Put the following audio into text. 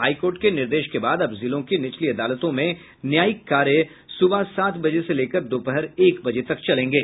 high court के निर्देश के बाद अब जिलों की निचली अदालतों में न्यायिक कार्य सुबह सात बजे से लेकर दोपहर एक बजे तक चलेंगे